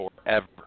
forever